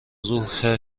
روح